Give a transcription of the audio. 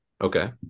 Okay